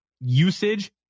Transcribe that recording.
usage